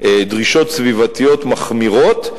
דרישות סביבתיות מחמירות,